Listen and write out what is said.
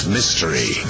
Mystery